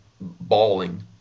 bawling